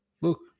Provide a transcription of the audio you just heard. look